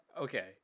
Okay